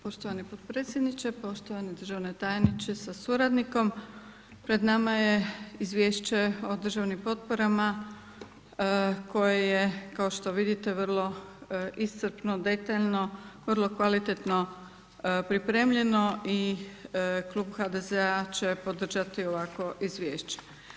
Poštovani potpredsjedniče, poštovani državni tajniče sa suradnikom, pred nama je Izvješće o državnim potporama koje je, kao što vidite, vrlo iscrpno, detaljno, vrlo kvalitetno pripremljeno i Klub HDZ-a će podržati ovakvo izvješće.